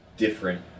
different